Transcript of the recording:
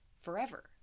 forever